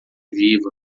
viva